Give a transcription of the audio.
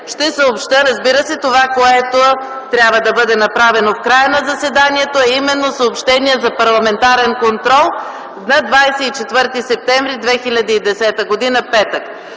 ще направя, разбира се, това, което трябва да бъде направено в края на заседанието, а именно съобщения за парламентарен контрол за 24 септември 2010 г., петък: